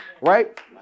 Right